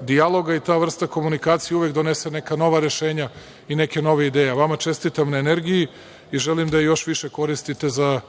dijaloga i ta vrsta komunikacije uvek donese neka nova rešenja i neke nove ideje. Vama čestitam na energiji i želim da je još više koristite za